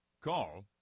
call